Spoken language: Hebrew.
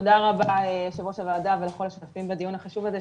תודה רבה יושב ראש הוועדה ולכל השותפים בדיון החשוב הזה,